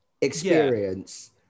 experience